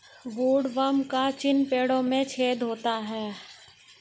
woodworm का चिन्ह पेड़ों में छेद होता है